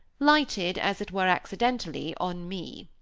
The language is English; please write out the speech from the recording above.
lighted, as it were accidentally, on me.